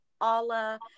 Allah